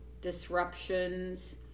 disruptions